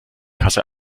kasse